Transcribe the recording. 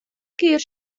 kear